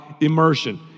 immersion